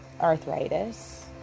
arthritis